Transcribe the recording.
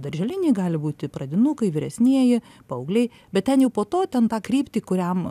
darželiniai gali būti pradinukai vyresnieji paaugliai bet ten jau po to ten tą kryptį kuriam